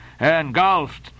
engulfed